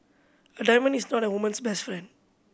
a diamond is not a woman's best friend